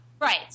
Right